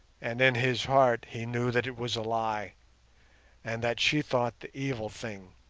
and in his heart he knew that it was a lie and that she thought the evil thing,